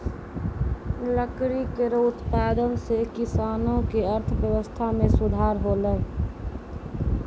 लकड़ी केरो उत्पादन सें किसानो क अर्थव्यवस्था में सुधार हौलय